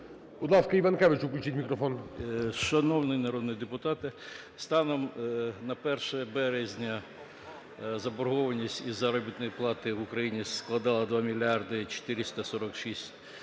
Шановні народні депутати, станом на 1 березня заборгованість із заробітної плати в Україні складала 2 мільярди 446